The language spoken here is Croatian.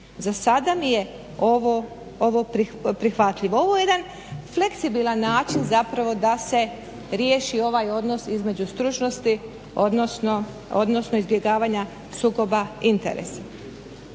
Za sada mi je ovo prihvatljivo. Ovo je jedan fleksibilan način da se riješi ovaj odnos između stručnosti odnosno izbjegavanja sukoba interesa.